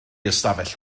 ystafell